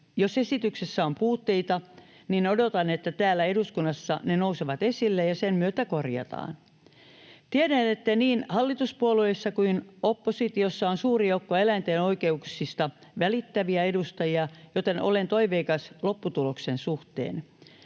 Jos esityksessä on puutteita, niin odotan, että ne täällä eduskunnassa nousevat esille ja ne sen myötä korjataan. Tiedän, että niin hallituspuolueissa kuin oppositiossa on suuri joukko eläinten oikeuksista välittäviä edustajia, joten olen toiveikas lopputuloksen suhteen.